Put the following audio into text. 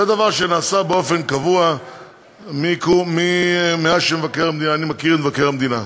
זה דבר שנעשה באופן קבוע מאז שאני מכיר את מבקר המדינה.